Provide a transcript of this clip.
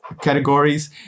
categories